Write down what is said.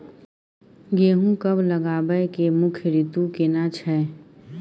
गेहूं कब लगाबै के मुख्य रीतु केना छै?